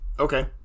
okay